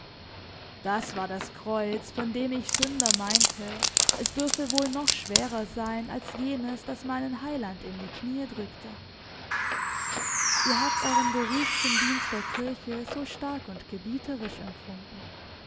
das war das kreuz von dem ich sünder meinte es dürfe wohl noch schwerer sein als jenes das meinen heiland in die knie drückte ihr habt euren beruf zum dienst der kirche so stark und gebieterisch empfunden